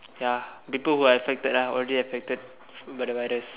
ya people who are affected ah already affected by the virus